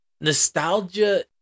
nostalgia